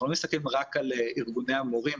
אנחנו לא מסתכלים רק על ארגוני המורים,